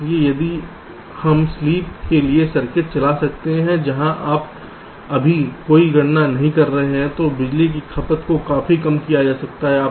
इसलिए यदि हम स्लीप के लिए सर्किट लगा सकते हैं जहां आप अभी कोई गणना नहीं कर रहे हैं तो बिजली की खपत को काफी कम किया जा सकता है